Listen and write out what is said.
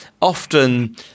often